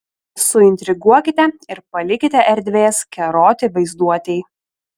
suintriguokite ir palikite erdvės keroti vaizduotei